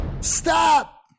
Stop